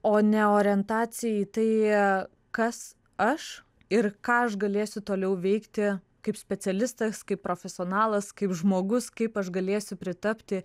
o ne orientacija į tai kas aš ir ką aš galėsiu toliau veikti kaip specialistas kaip profesionalas kaip žmogus kaip aš galėsiu pritapti